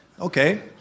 okay